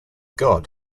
god